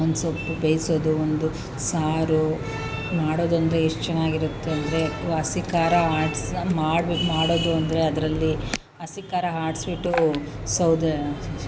ಒಂದು ಸೊಪ್ಪು ಬೇಯಿಸೋದು ಒಂದು ಸಾರು ಮಾಡೋದು ಅಂದರೆ ಎಷ್ಟು ಚೆನ್ನಾಗಿರುತ್ತೆ ಅಂದರೆ ಹಸಿ ಖಾರ ಆಡಿಸಿ ಮಾಡ್ಬೇಕು ಮಾಡೋದು ಅಂದರೆ ಅದರಲ್ಲಿ ಹಸಿ ಖಾರ ಆಡಿಸ್ಬಿಟ್ಟು ಸೌದೆ